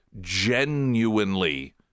genuinely